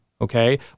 Okay